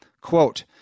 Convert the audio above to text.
Quote